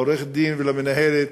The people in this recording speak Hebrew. לעורכת-הדין ולמנהלת,